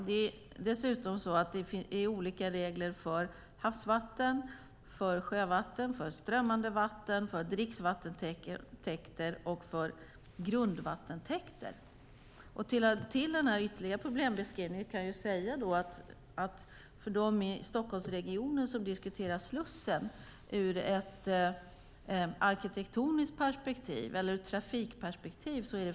Det är olika regler för havsvatten, sjövatten, strömmande vatten, dricksvattentäkter och grundvattentäkter. I Stockholmsregionen diskuterar man Slussen ur ett arkitektoniskt perspektiv eller ett trafikperspektiv.